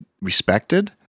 respected